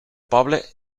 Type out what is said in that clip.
poble